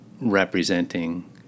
representing